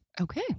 Okay